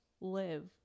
live